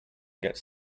gets